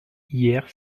hier